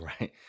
Right